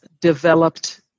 developed